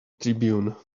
tribune